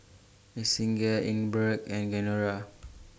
Yessenia Ingeborg and Genaro